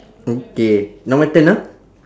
okay now my turn ah